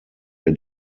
der